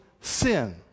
sin